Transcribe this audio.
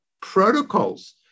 protocols